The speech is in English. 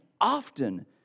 often